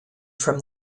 from